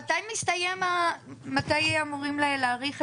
נראה אם הוא יתקיים עוד השבוע או בראשית שבוע הבא.